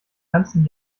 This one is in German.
ganzen